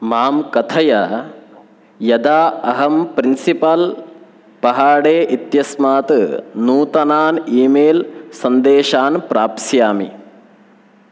मां कथयः यदा अहं प्रिन्सिपाल् पहाडे इत्यस्मात् नूतनान ई मेल् सन्देशान् प्राप्स्यामि